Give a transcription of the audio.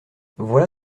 voilà